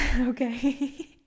okay